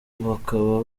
bakaba